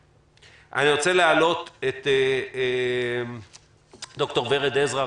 אני רוצה להעלות את ד"ר ורד עזרא,